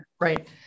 Right